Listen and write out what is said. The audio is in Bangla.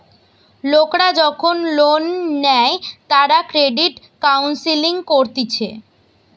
লোকরা যখন লোন নেই তারা ক্রেডিট কাউন্সেলিং করতিছে